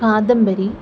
Kadambari